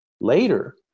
later